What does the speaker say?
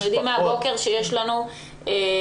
אנחנו יודעים מהבוקר שיש לנו נדבק,